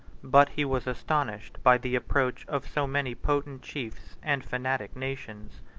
but he was astonished by the approach of so many potent chiefs and fanatic nations.